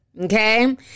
Okay